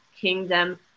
kingdom